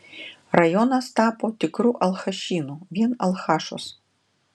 rajonas tapo tikru alchašynu vien alchašos